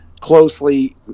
closely